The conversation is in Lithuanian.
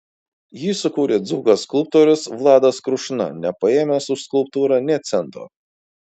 jį sukūrė dzūkas skulptorius vladas krušna nepaėmęs už skulptūrą nė cento